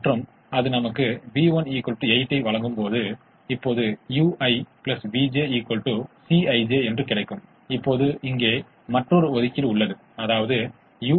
இப்போது இது 0 உடன் தொடங்கி 66 வரை சென்றது இப்போது இந்த தீர்வு 66 கொடுக்கப்பட்ட அதிகபட்ச சிக்கலுக்கு ஒரு சாத்தியமான தீர்வாகும் என்று கருதுவோம் மேலும் இந்த நேரத்தில் உகந்த தீர்வு எங்களுக்குத் தெரியாது என்று கருதுவோம் அதிகரிப்பு சிக்கல்